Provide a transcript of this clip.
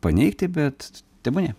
paneigti bet tebūnie